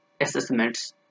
assessments